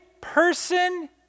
person